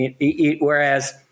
Whereas